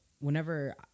Whenever